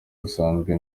basanze